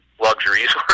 luxuries